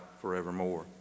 forevermore